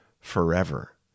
forever